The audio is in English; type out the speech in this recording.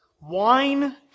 Wine